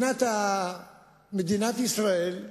מדינת ישראל,